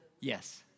Yes